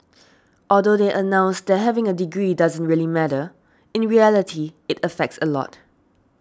although they announced that having a degree doesn't really matter in reality it affects a lot